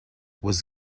was